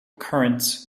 currents